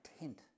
intent